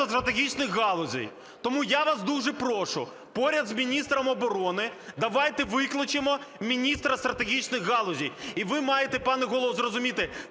стратегічних галузей. Тому я вас дуже прошу, поряд з міністром оборони давайте викличемо міністра стратегічних галузей. І ви маєте, пане Голово, зрозуміти,